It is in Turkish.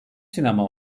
sinema